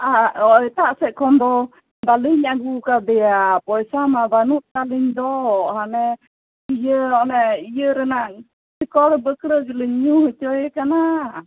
ᱟᱨ ᱚ ᱮᱴᱟᱜ ᱥᱮᱫ ᱠᱷᱚᱱ ᱫᱚ ᱵᱟᱹᱞᱤᱧ ᱟᱹᱜᱩ ᱟᱠᱟᱫᱮᱭᱟ ᱯᱚᱭᱥᱟ ᱢᱟ ᱵᱟᱹᱱᱩᱜ ᱛᱟᱹᱞᱤᱧ ᱫᱚ ᱦᱟᱱᱮ ᱤᱭᱟᱹ ᱚᱱᱮ ᱤᱭᱟᱹᱨᱮᱱᱟᱜ ᱥᱤᱠᱚᱲ ᱵᱟᱹᱠᱲᱟᱹ ᱜᱮᱞᱤᱧ ᱧᱩ ᱦᱚᱪᱚᱭᱮ ᱠᱟᱱᱟ